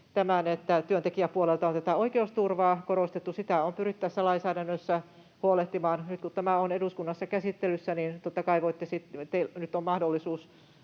että työntekijäpuolelta on tätä oikeusturvaa korostettu. Siitä on pyritty tässä lainsäädännössä huolehtimaan. Nyt kun tämä on eduskunnassa käsittelyssä, niin totta kai teillä nyt on mahdollisuus